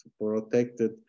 protected